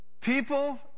People